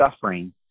suffering